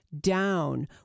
down